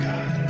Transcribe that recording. God